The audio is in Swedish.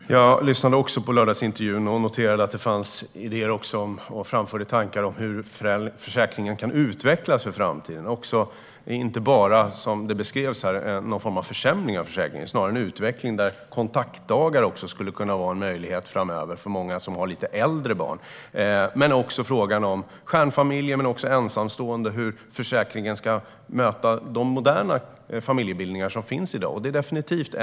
Herr talman! Jag lyssnade också på lördagsintervjun och noterade att det framfördes idéer och tankar om hur föräldraförsäkringen kan utvecklas i framtiden. Då gäller det inte bara någon form av försämring av försäkringen, vilket beskrevs här, utan snarare en utveckling. Till exempel skulle kontaktdagar också kunna vara en möjlighet framöver för många som har lite äldre barn. Det talades också om hur försäkringen ska möta de moderna familjebildningar som finns i dag, som stjärnfamiljer och ensamstående.